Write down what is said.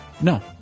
No